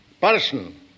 person